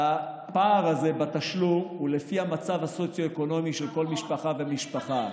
והפער הזה בתשלום הוא לפי המצב הסוציו-אקונומי של כל משפחה ומשפחה.